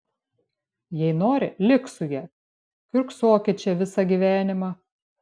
jei nori lik su ja kiurksokit čia visą gyvenimą